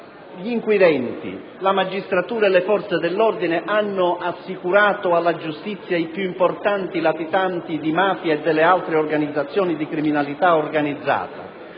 gli inquirenti, la magistratura e le forze dell'ordine hanno assicurato alla giustizia i più importanti latitanti di mafia e delle altre organizzazioni di criminalità organizzata,